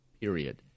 period